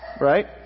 right